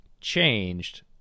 changed